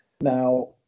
Now